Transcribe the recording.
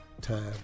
time